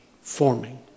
forming